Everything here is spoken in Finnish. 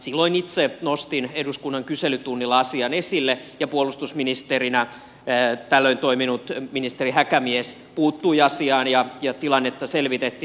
silloin itse nostin eduskunnan kyselytunnilla asian esille ja puolustusministerinä tällöin toiminut ministeri häkämies puuttui asiaan ja tilannetta selvitettiin